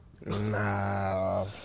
Nah